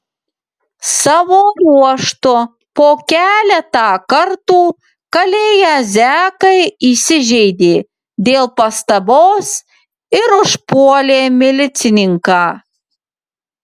savo ruožtu po keletą kartų kalėję zekai įsižeidė dėl pastabos ir užpuolė milicininką